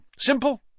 Simple